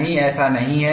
नहीं ऐसा नहीं है